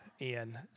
Ian